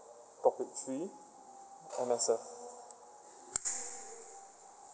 topic three M_S_F